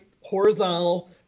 horizontal